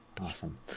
Awesome